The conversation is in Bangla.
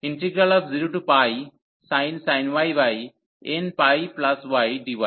সুতরাং n00sin y nπydy